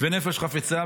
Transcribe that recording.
ונפש חפצה.